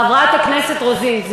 חברת הכנסת רוזין,